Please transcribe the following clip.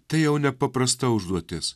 tai jau nepaprasta užduotis